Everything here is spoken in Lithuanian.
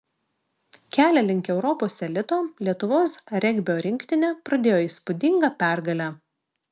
kelią link europos elito lietuvos regbio rinktinė pradėjo įspūdinga pergale